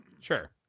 sure